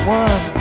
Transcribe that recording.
one